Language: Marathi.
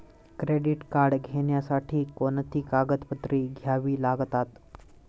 क्रेडिट कार्ड घेण्यासाठी कोणती कागदपत्रे घ्यावी लागतात?